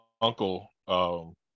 uncle